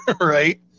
Right